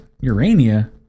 Urania